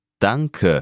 Danke